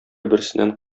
берсеннән